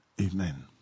amen